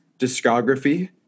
discography